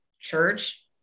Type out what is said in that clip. church